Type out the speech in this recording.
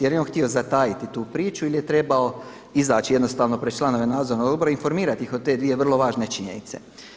Jer je on htio zatajiti tu priču ili je trebao izaći jednostavno pred članove nadzornog odbora i informirati ih o te dvije vrlo važne činjenice.